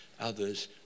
others